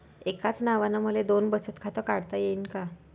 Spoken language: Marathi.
एकाच नावानं मले दोन बचत खातं काढता येईन का?